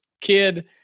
kid